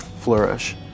flourish